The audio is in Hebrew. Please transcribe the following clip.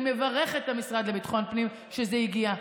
אני מברכת את המשרד לביטחון פנים על כך שזה הגיע.